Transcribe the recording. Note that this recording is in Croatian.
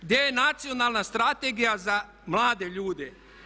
Gdje je nacionalna strategija za mlade ljude?